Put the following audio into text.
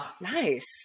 Nice